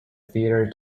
theatre